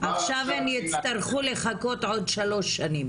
עכשיו הן יצטרכו לחכות עוד שלוש שנים